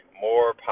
more